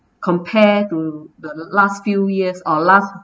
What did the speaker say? compared to the last few years or last